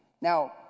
now